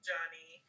Johnny